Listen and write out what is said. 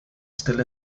still